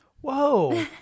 whoa